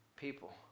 people